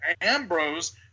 Ambrose